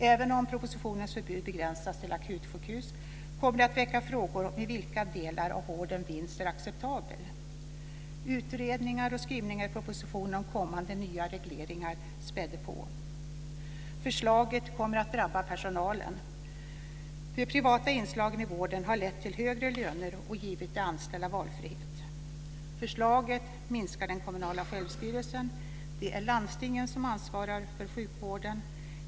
Även om propositionens förbud begränsas till akutsjukhus, kommer det att väcka frågor om i vilka delar av vården vinst är acceptabel. Utredningar och skrivningarna i propositionen om kommande nya regleringar späder på. Förslaget kommer att drabba personalen. De privata inslagen i vården har lett till högre löner och givit de anställda valfrihet. Det är landstingen som ansvarar för sjukvården.